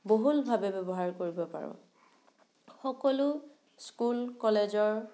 বহূলভাৱে ব্যৱহাৰ কৰিব পাৰোঁ সকলো স্কুল কলেজৰ